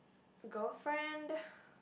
girlfriend